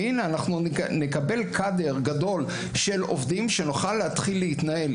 והנה אנחנו נקבל קאדר גדול של עובדים שנוכל להתחיל להתנהל.